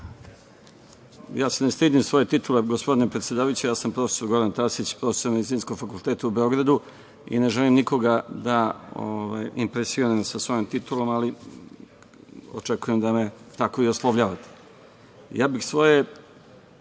ja se ne stidim svoje titule, gospodine predsedavajući, ja sam profesor Goran Tasić, profesor Medicinskog fakulteta u Beogradu i ne želim nikoga da impresioniram sa svojom titulom, ali očekujem da me tako i oslovljavate. Ja bih svoje